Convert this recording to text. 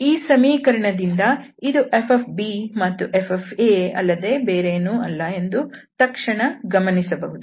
ಈ ಸಮೀಕರಣದಿಂದ ಇದು fb f ಅಲ್ಲದೆ ಬೇರೇನೂ ಅಲ್ಲ ಎಂದು ತಕ್ಷಣ ಗಮನಿಸಬಹುದು